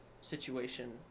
situation